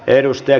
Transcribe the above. puhemies